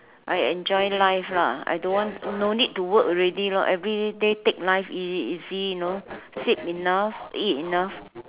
I enjoy life ah I don't want no need to work already lor everyday take life easy easy you know sleep enough eat enough